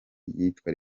yitwa